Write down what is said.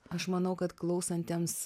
aš manau kad klausantiems